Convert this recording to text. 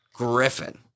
Griffin